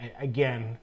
Again